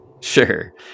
Sure